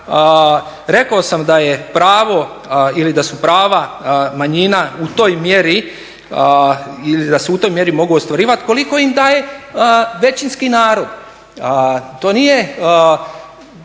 Rekao sam da je pravo ili da su prava manjina u toj mjeri ili da se u toj mjeri mogu ostvarivati koliko im daje većinski narod. To nije